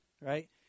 right